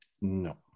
no